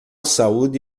saúde